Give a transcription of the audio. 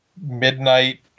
midnight